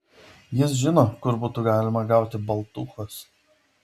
jis žino kur būtų galima gauti baltūchos